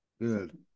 Good